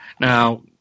Now